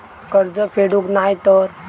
कर्ज फेडूक नाय तर?